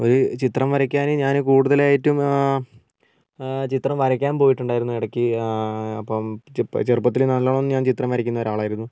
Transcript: ഒരു ചിത്രം വരയ്ക്കാൻ ഞാൻ കൂടുതലായിട്ടും ചിത്രം വരയ്ക്കാൻ പോയിട്ടുണ്ടായിരുന്നു ഇടയ്ക്ക് അപ്പം ചിപ്പ ചെറുപ്പത്തിൽ നല്ലോണം ഞാൻ ചിത്രം വരയ്ക്കുന്ന ഒരാളായിരുന്നു